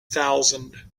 thousand